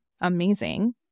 Amazing